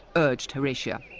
urged horatia,